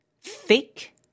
Thick